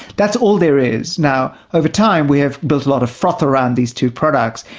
that's all there is. now over time, we have built a lot of froth around these two products,